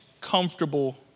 comfortable